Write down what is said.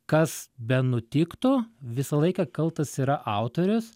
kas benutiktų visą laiką kaltas yra autorius